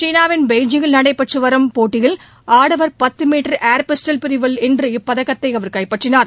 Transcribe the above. சீனாவின் பெய்ஜிங்கில் நடைபெற்று வரும்போட்டியின் ஆடவர் பத்து மீட்டர் ஏர் பிஸ்டல் பிரிவில் இன்று இப்பதக்கத்தை அவர் கைப்பற்றினார்